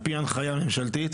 על פי הנחיה ממשלתית,